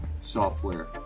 software